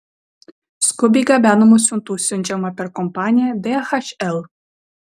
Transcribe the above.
skubiai gabenamų siuntų siunčiama per kompaniją dhl